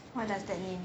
what does that mean